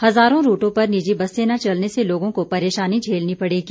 हजारों रूटों पर निजी बसें न चलने से लोगों को परेशानी झेलनी पड़ेगी